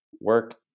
work